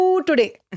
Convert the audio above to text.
Today